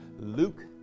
Luke